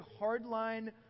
hardline